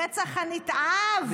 הרצח הנתעב,